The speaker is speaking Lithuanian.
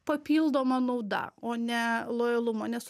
papildoma nauda o ne lojalumo nes